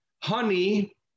Honey